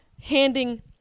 handing